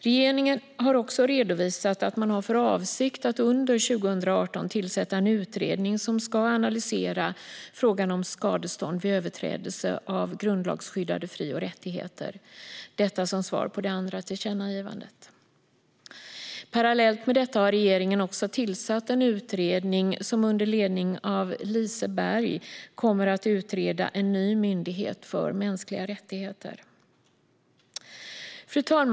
Regeringen har också redovisat att man har för avsikt att under 2018 tillsätta en utredning som ska analysera frågan om skadestånd vid överträdelse av grundlagsskyddade fri och rättigheter. Detta är ett svar på det andra tillkännagivandet. Parallellt med detta har regeringen också tillsatt en utredning som under ledning av Lise Berg kommer att utreda en ny myndighet för mänskliga rättigheter. Fru talman!